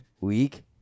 week